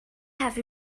have